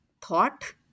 thought